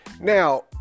Now